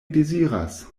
deziras